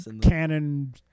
canon